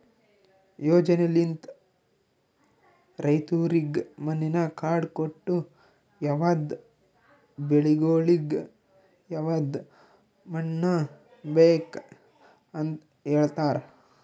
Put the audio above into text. ಯೋಜನೆಲಿಂತ್ ರೈತುರಿಗ್ ಮಣ್ಣಿನ ಕಾರ್ಡ್ ಕೊಟ್ಟು ಯವದ್ ಬೆಳಿಗೊಳಿಗ್ ಯವದ್ ಮಣ್ಣ ಬೇಕ್ ಅಂತ್ ಹೇಳತಾರ್